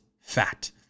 fat